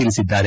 ತಿಳಿಸಿದ್ದಾರೆ